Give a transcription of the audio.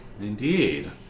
Indeed